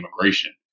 immigration